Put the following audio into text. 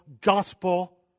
gospel